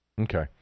Okay